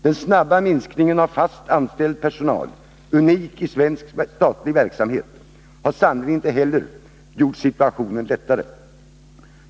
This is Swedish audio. Den snabba minskningen av fast anställd personal — unik i statlig verksamhet — har sannerligen inte heller gjort situationen lättare.